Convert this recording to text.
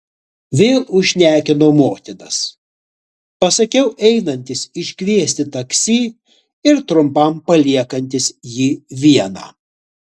vėl užšnekinau motinas pasakiau einantis iškviesti taksi ir trumpam paliekantis jį vieną